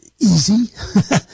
easy